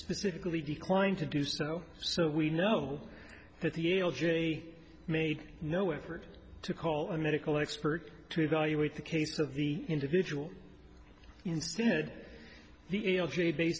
specifically declined to do so so we know that the l j made no effort to call a medical expert to evaluate the case of the individual instead the a